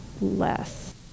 less